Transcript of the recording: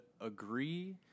agree